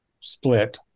split